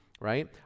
right